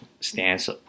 stance